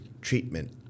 treatment